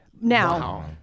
now